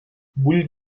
vull